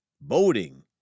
boating